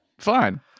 fine